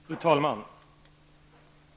Fru talman!